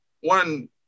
one